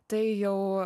tai jau